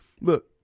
Look